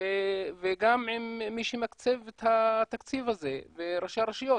וגם עם מי שמקציב את התקציב הזה וראשי הרשויות